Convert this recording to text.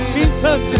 Jesus